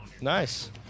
Nice